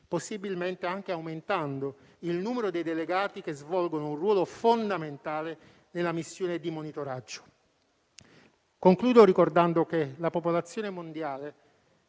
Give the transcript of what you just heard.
possibilmente anche aumentando il numero dei delegati che svolgono un ruolo fondamentale nella missione di monitoraggio. Concludo il mio intervento ricordando che la popolazione mondiale